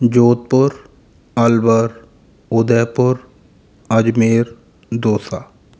जोधपुर अलबर उदयपुर अजमेर दोसा